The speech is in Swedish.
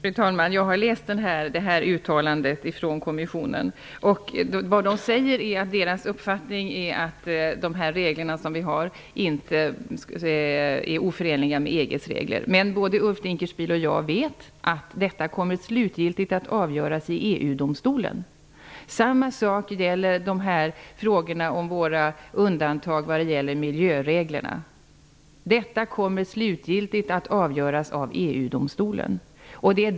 Fru talman! Jag har läst uttalandet från kommissionen, och vad man säger är att dess uppfattning är att de regler som vi har inte är oförenliga med EG:s regler. Men både Ulf Dinkelspiel och jag vet att detta slutgiltigt kommer att avgöras i EU-domstolen. Samma sak gäller frågorna om våra undantag beträffande miljöreglerna. Detta kommer slutgilitgt att avgöras av EU domstolen.